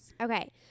Okay